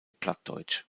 plattdeutsch